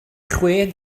chwe